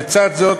לצד זאת,